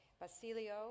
Basilio